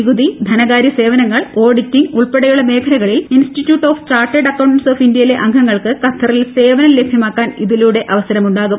നികുതി ധനകാരൃ സേവനങ്ങൾ ഓഡിറ്റിംഗ് ഉൾപ്പെടെയുള്ള മേഖലകളിൽ institute of chartered accountants of ഇന്ത്യയിലെ അംഗങ്ങൾക്ക് ഖത്തറിൽ സേവനം ലഭ്യമാക്കാൻ ഇതിലൂടെ അവസരമുണ്ടാകും